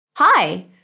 Hi